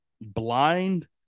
blind